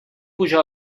puja